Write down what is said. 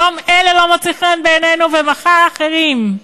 היום אלה לא מוצאים חן בעינינו, ומחר אחרים.